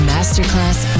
Masterclass